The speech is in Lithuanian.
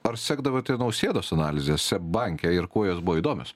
ar sekdavote nausėdos analizes seb banke ir kuo jos buvo įdomios